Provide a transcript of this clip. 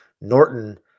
Norton